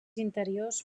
interiors